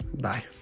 bye